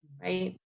Right